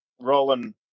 Roland